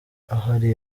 ahari